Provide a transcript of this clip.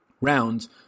rounds